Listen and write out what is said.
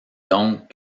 donc